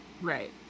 right